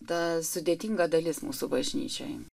ta sudėtinga dalis mūsų bažnyčioj